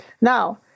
Now